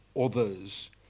others